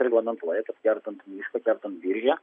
reglamentuoja kad kertant mišką kertant biržę